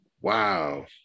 Wow